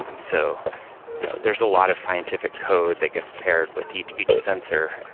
so there's a lot of scientific code that gets paired with each each sensor.